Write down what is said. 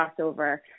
crossover